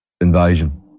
invasion